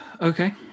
Okay